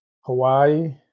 Hawaii